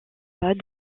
pas